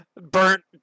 Burnt